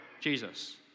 Jesus